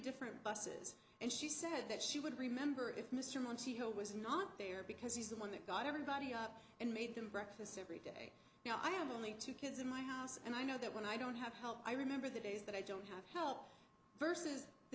different buses and she said that she would remember if mr monti who was not there because he's the one that got everybody up and made them breakfast and you know i am only two kids in my house and i know that when i don't have i remember the days that i don't have versus the